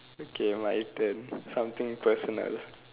okay my turn something personal